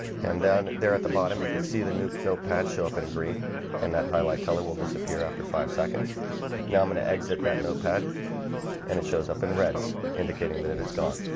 and then there at the bottom you can see the new notepad show up in green and that highlight color will disappear after five seconds now i'm going to exit that notepad and it shows up in red's indicating that it's gone